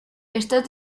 estos